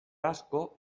asko